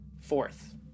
Fourth